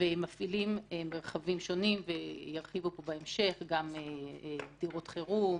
ומפעילים מרחבים שונים - וירחיבו פה בהמשך - גם דירות חירום,